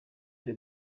the